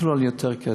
אפילו על יותר כסף.